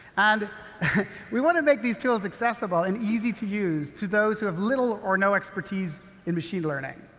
and we want to make these tools accessible and easy to use to those who have little or no expertise in machine learning.